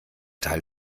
teil